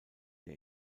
der